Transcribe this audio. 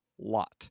lot